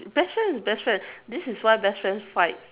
best friend best friend this is why best friends fight